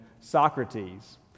Socrates